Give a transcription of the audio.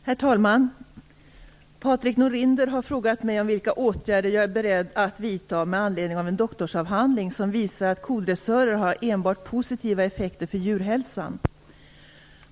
Herr talman! Patrik Norinder har frågat mig om vilka åtgärder jag är beredd att vidta med anledning av en doktorsavhandling som visar att kodressörer har enbart positiva effekter för djurhälsan.